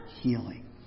healing